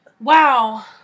Wow